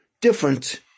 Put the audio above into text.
different